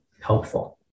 helpful